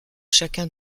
chacun